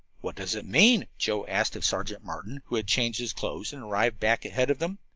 what does it mean? joe asked of sergeant martin, who had changed his clothes and arrived back ahead of them.